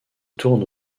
tourne